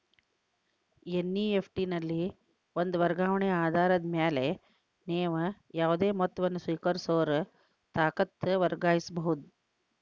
NEFT ನಲ್ಲಿ ಒಂದ ವರ್ಗಾವಣೆ ಆಧಾರದ ಮ್ಯಾಲೆ ನೇವು ಯಾವುದೇ ಮೊತ್ತವನ್ನ ಸ್ವೇಕರಿಸೋರ್ ಖಾತಾಕ್ಕ ವರ್ಗಾಯಿಸಬಹುದ್